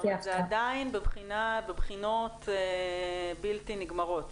זאת אומרת זה עדיין בבחינות בלתי נגמרות,